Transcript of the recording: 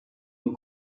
will